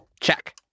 Check